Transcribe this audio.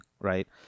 right